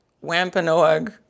Wampanoag